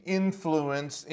influence